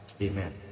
amen